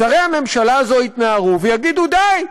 שרי הממשלה הזו יתנערו ויגידו: די,